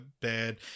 bad